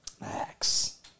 Max